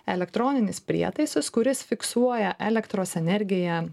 elektroninis prietaisas kuris fiksuoja elektros energiją